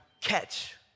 catch